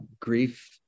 grief